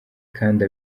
kandi